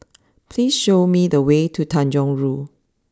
please show me the way to Tanjong Rhu